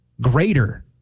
greater